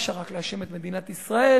אי-אפשר להאשים רק את מדינת ישראל,